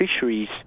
fisheries